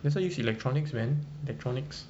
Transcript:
that's why you should electronics man electronics